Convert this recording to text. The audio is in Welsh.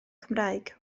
cymraeg